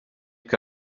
que